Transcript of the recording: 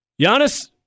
Giannis